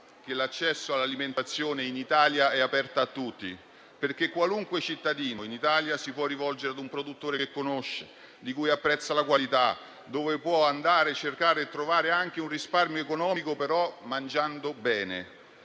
che l'accesso all'alimentazione in Italia è aperto a tutti, perché qualunque cittadino in Italia si può rivolgere ad un produttore che conosce, di cui apprezza la qualità, dove può andare a cercare e trovare anche un risparmio economico, però mangiando bene.